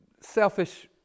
selfish